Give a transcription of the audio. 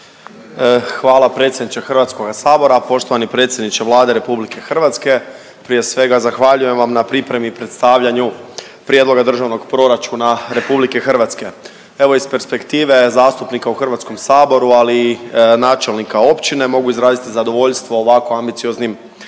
Hvala predsjedniče Hrvatskoga sabora, poštovani predsjedniče Vlade Republike Hrvatske. Prije svega zahvaljujem vam na pripremi, predstavljanju prijedloga Državnog proračuna Republike Hrvatske. Evo iz perspektive zastupnika u Hrvatskom saboru, ali i načelnika općine mogu izraziti zadovoljstvo ovako ambicioznim